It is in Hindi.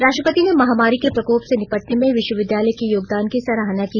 राष्ट्रपति ने महामारी के प्रकोप से निपटने में विश्वविद्यालय के योगदान की सराहना की